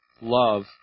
love